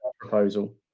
proposal